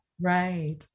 right